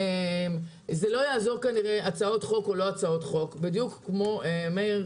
לא יעזור כנראה הצעות חוק או לא הצעות חוק.